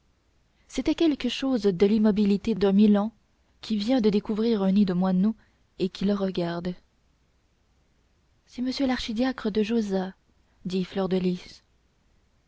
c'était quelque chose de l'immobilité d'un milan qui vient de découvrir un nid de moineaux et qui le regarde c'est monsieur l'archidiacre de josas dit fleur de lys